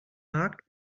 markt